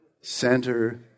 center